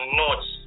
notes